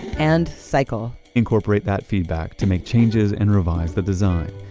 and cycle incorporate that feedback to make changes and revise the design.